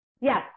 Yes